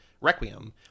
Requiem